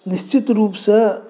निश्चित रूपसँ